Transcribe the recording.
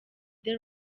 the